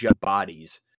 bodies